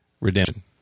redemption